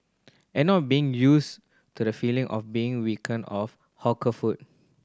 and not being used to the feeling of being weaken off hawker food